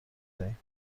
دهیم